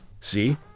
See